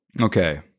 Okay